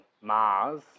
Mars